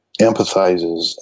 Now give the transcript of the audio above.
empathizes